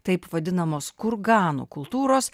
taip vadinamos kurganų kultūros